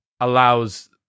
allows